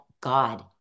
God